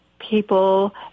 people